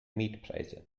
mietpreise